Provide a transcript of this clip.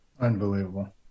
unbelievable